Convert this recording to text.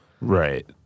Right